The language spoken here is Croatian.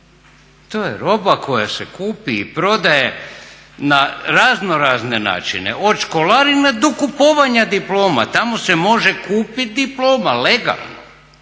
to je roba koja se kupi i prodaje na razno razne načine od školarine do kupovanja diploma. Tamo se može kupiti diploma legalno